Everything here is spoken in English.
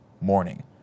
MORNING